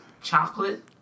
Chocolate